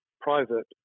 private